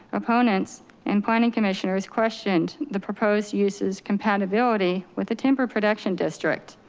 opponents and planning commissioners questioned the proposed uses compatibility with the timber production district.